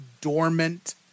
Dormant